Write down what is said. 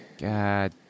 God